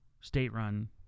state-run